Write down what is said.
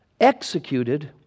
Executed